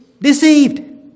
deceived